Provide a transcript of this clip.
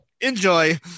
enjoy